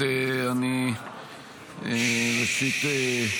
הכנסת, ראשית,